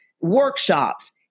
workshops